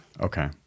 Okay